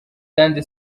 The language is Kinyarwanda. kandi